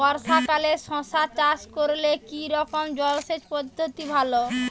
বর্ষাকালে শশা চাষ করলে কি রকম জলসেচ পদ্ধতি ভালো?